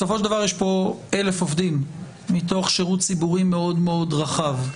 באלף עובדים מתוך שירות ציבורי מאוד מאוד רחב.